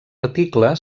article